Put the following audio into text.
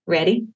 Ready